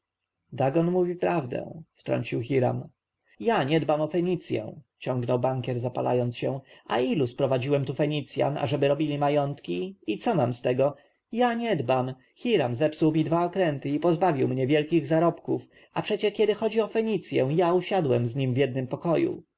dagon mówi prawdę wtrącił hiram ja nie dbam o fenicję ciągnął bankier zapalając się a ilu ja sprowadziłem tu fenicjan ażeby robili majątki i co mam z tego ja nie dbam hiram zepsuł mi dwa okręty i pozbawił mnie wielkich zarobków a przecie kiedy chodzi o fenicję ja usiadłem z nim w jednym pokoju